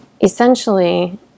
essentially